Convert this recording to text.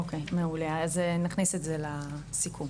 נכניס את זה לסיכום.